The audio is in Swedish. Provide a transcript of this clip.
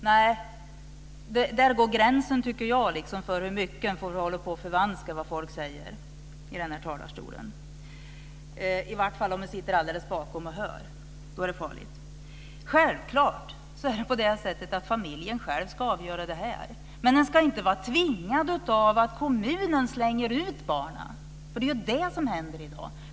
Nej, där går gränsen för hur mycket man får förvanska vad folk säger i den här talarstolen - i varje fall om de sitter bakom och hör på; då är det farligt. Det är självklart att familjen själv ska avgöra det här. Men man ska inte vara tvingad av att kommunen slänger ut barnen. Det är ju det som händer i dag.